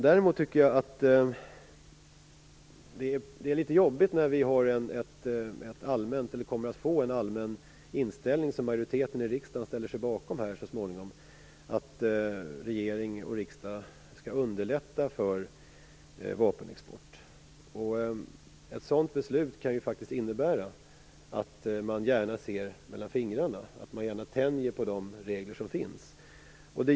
Däremot tycker jag att det är litet jobbigt att vi kommer att få en allmän inställning som majoriteten i riksdagen så småningom ställer sig bakom, nämligen att regering och riksdag skall underlätta för vapenexport. Ett sådant beslut kan ju innebära att man gärna ser mellan fingrarna, att man gärna tänjer på de regler som finns.